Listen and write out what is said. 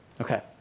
Okay